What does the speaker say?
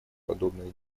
подобные